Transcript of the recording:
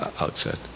outset